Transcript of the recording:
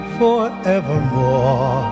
forevermore